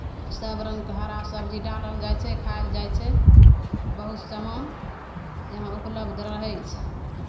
सभ रङ्गके हरा सबजी डालल जाइ छै खायल जाइ छै बहुत सामान यहाँ उपलब्ध रहै छै